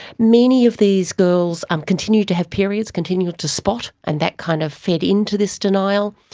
many of these girls um continue to have periods, continue to spot, and that kind of fed in to this denial.